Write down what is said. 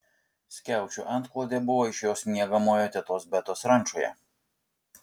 skiaučių antklodė buvo iš jos miegamojo tetos betos rančoje